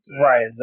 Right